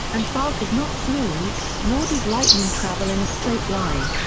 and bark is not smooth, nor does lightning travel in a straight line.